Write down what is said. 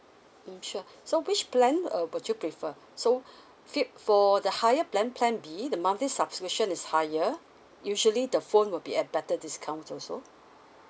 sure so which plan uh would you prefer so fit for the higher plan plan B the monthly subscription is higher usually the phone will be at better discount also